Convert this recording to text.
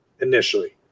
initially